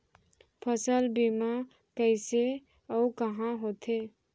फसल बीमा कइसे अऊ कहाँ होथे?